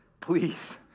please